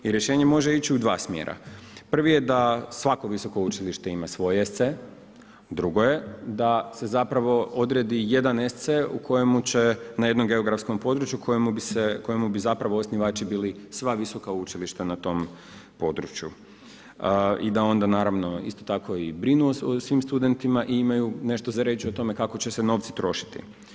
I rješenje može ići u dva smjera, prvi je da svako visoko učilište ima svoj SC, drugo je da se odredi jedan SC u kojem će na jednom geografskom području kojemu bi osnivači bili sva visoka učilišta na tom području i da onda naravno isto tako i brinu o svim studentima i imaju nešto za reći o tome kako će se novci trošiti.